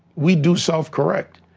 we do self-correct.